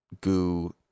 goo